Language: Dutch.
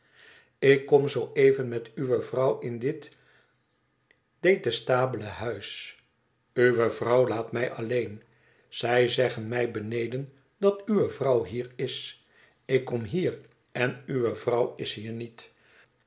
ik kom zoo even met uwe vrouw in dit detestabele huis uwe vrouw laat mij alleen zij zeggen mij beneden dat uwe vrouw hier is ik kom hier en uwe vrouw is niet